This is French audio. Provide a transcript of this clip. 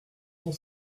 cent